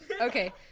Okay